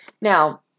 Now